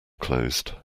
closed